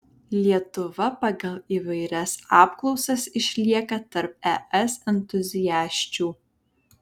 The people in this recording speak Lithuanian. lietuva pagal įvairias apklausas išlieka tarp es entuziasčių